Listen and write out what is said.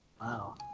Wow